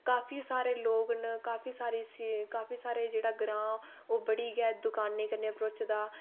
काफी सारे लोक न काफी सारे सी काफी सारे जेह्ड़ा ग्रां ओह्ं बड़ी गै दुकाने कन्नै भरोचे दा